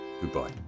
Goodbye